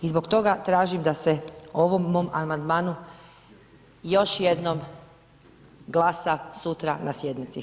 I zbog toga tražim da se o ovom mom amandmanu još jednom glasa sutra na sjednici.